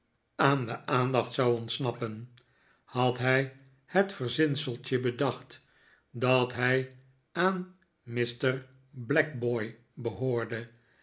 aan de aandacht zou ontsnappen had hij het verzinseltje bedacht dat hij aan mr blackboy behoorde